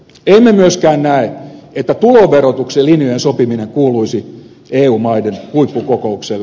emme myöskään näe että tuloverotuksen linjojen sopiminen kuuluisi eu maiden huippukokoukselle